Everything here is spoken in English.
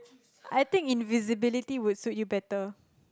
I think invisibility would suit you better